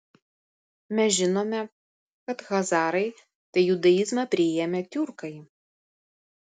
mes žinome kad chazarai tai judaizmą priėmę tiurkai